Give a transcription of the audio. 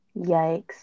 Yikes